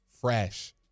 fresh